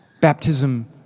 Baptism